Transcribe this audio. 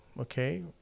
okay